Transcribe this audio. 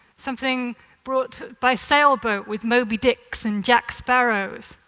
something brought by sailboat with moby dicks and jack sparrows.